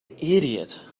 idiot